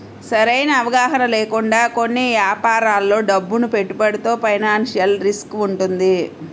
సరైన అవగాహన లేకుండా కొన్ని యాపారాల్లో డబ్బును పెట్టుబడితో ఫైనాన్షియల్ రిస్క్ వుంటది